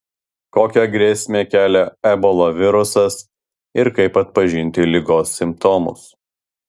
kokią grėsmę kelia ebola virusas ir kaip atpažinti ligos simptomus